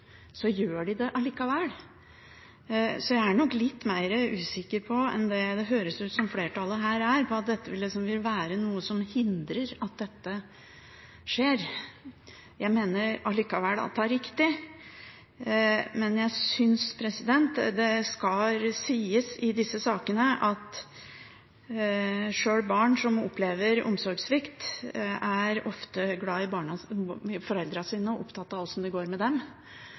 Så jeg er nok litt mer usikker enn det det høres ut som om flertallet her er, på at dette vil være noe som hindrer at dette skjer. Jeg mener allikevel at det er riktig, men jeg syns det skal sies i disse sakene at sjøl barn som opplever omsorgssvikt, ofte er glad i foreldrene sine og opptatt av hvordan det går med dem,